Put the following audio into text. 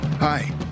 Hi